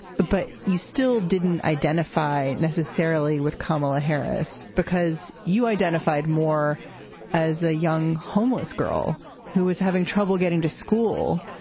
but but you still didn't identify necessarily with kamala harris because you identified more as a young homeless girl who was having trouble getting to school.